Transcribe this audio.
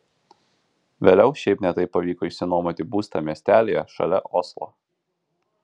vėliau šiaip ne taip pavyko išsinuomoti būstą miestelyje šalia oslo